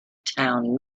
town